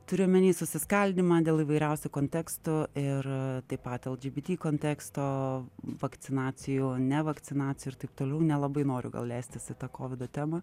turiu omeny susiskaldymą dėl įvairiausių kontekstų ir taip pat lgbt konteksto vakcinacijų nevakcinacijų ir taip toliau nelabai noriu gal leistis į tą kovido temą